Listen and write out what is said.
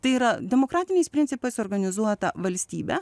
tai yra demokratiniais principais organizuota valstybė